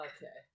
Okay